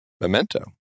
Memento